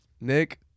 Nick